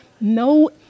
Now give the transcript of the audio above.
no